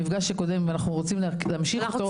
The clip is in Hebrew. המפגש הקודם ואנחנו רוצים להמשיך אותו זה